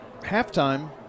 halftime